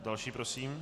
Další prosím.